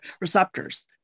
receptors